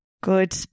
Good